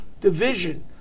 division